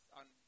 on